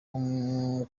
nko